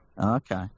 Okay